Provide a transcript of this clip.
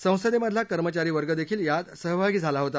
संसदेमधला कर्मचारीवर्ग देखील यात सहभागी झाला होता